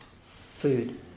food